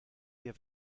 wir